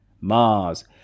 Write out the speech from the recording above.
Mars